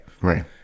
Right